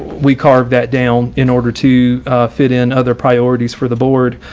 we carve that down in order to fit in other priorities for the board.